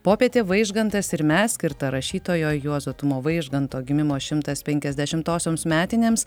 popietė vaižgantas ir mes skirta rašytojo juozo tumo vaižganto gimimo šimtas penkiasdešimosioms metinėms